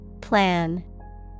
Plan